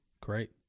Great